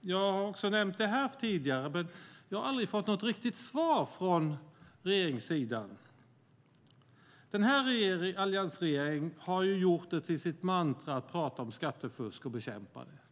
Jag har också nämnt det här tidigare, men jag har aldrig fått något riktigt svar från regeringssidan. Alliansregeringen har ju gjort det till sitt mantra att prata om och bekämpa skattefusk.